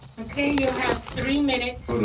okay, you have three minutes. put a